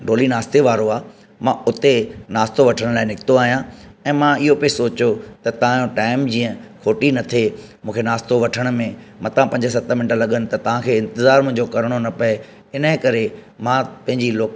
डोली नास्ते वारो आहे मां उते नास्तो वठण जे लाइ निकितो आहियां ऐं मां इहो बि सोचियो त तव्हां जो टाइम जीअं खोटी न थे मूंखे नास्तो वठण में मतां पंज सत मिंट लॻनि त तव्हांखे इंतज़ारु मुंहिंजो करणो न पए इनजे करे मां पंहिंजी लोकल